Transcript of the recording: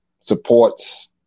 supports